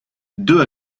deux